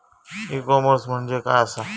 E commerce म्हणजे काय असा?